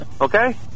Okay